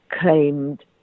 claimed